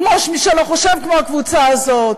כמו מי שלא חושב כמו הקבוצה הזאת,